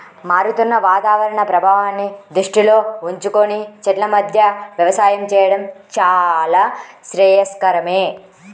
మారుతున్న వాతావరణ ప్రభావాన్ని దృష్టిలో ఉంచుకొని చెట్ల మధ్య వ్యవసాయం చేయడం చాలా శ్రేయస్కరమే